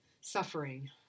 suffering